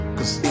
Cause